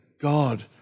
God